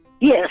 Yes